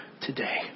today